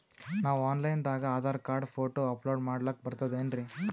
ನಾವು online ದಾಗ Aadhaar card, photo upload ಮಾಡ್ಲಕ ಬರ್ತದೇನ್ರಿ?